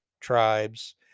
Tribes